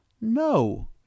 no